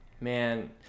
man